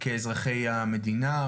כאזרחי המדינה.